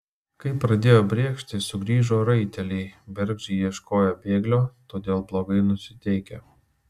kai pradėjo brėkšti sugrįžo raiteliai bergždžiai ieškoję bėglio todėl blogai nusiteikę